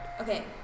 Okay